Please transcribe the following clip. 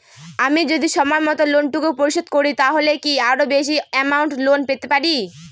আমি যদি সময় মত লোন টুকু পরিশোধ করি তাহলে কি আরো বেশি আমৌন্ট লোন পেতে পাড়ি?